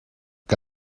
que